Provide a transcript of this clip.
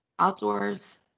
Outdoors